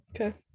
okay